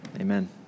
Amen